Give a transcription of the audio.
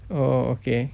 oh okay